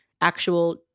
actual